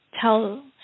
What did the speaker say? tell